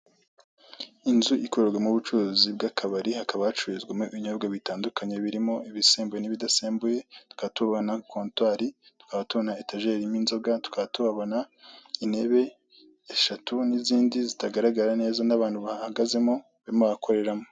Inzu ikorerwamo ubucuruzi bw'akabari, hakaba hacururizwamo ibinyobwa bitandukanye, birimo ibisembuye n'ibidasembuye. Tukaba tubona kontwari, tukaba tubona etajeri irimo inzoga, tukaba tukabona intebe eshatu n'izindi zitagaragara neza, n'abantu barimo barakoreramo.